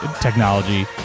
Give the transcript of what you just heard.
technology